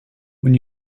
when